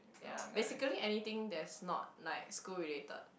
ya basically anything that's not like school related